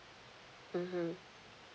mmhmm